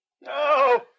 No